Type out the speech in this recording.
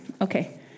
Okay